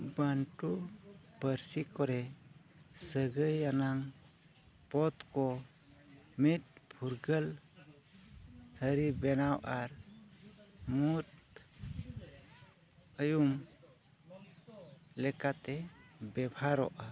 one ᱴᱩ ᱯᱟᱹᱨᱥᱤ ᱠᱚᱨᱮ ᱥᱟᱹᱜᱟᱹᱭ ᱟᱱᱟᱜ ᱯᱚᱫ ᱠᱚ ᱢᱤᱫ ᱯᱷᱩᱨᱜᱟᱹᱞ ᱛᱷᱟᱨᱮ ᱵᱮᱱᱟᱣᱟ ᱟᱨ ᱢᱩᱫᱽ ᱟᱹᱭᱩᱢ ᱞᱮᱠᱟᱛᱮ ᱵᱮᱵᱷᱟᱨᱚᱜᱼᱟ